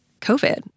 COVID